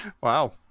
Wow